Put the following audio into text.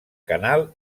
canal